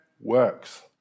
works